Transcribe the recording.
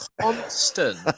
constant